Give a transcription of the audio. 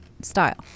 style